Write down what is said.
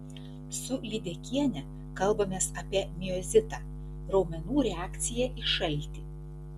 su lydekiene kalbamės apie miozitą raumenų reakciją į šaltį